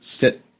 sit